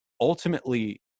ultimately